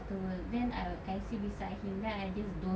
work then I will I sit beside him then I just dozed off